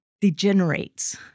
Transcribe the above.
degenerates